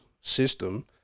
system